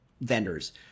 vendors